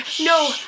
No